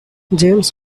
james